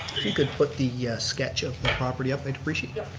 if you could put the yeah sketch of the property up i'd appreciate it.